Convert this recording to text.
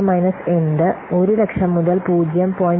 8 minus എന്ത് 100000 മുതൽ 0